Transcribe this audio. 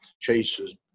Chase's